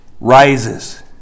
rises